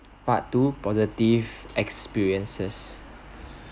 part two positive experiences